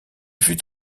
fut